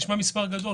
זה נשמע מספר גדול,